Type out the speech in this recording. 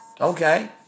Okay